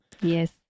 Yes